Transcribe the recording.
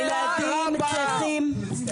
הילדים צריכים,